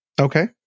okay